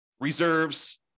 reserves